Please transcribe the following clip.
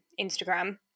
Instagram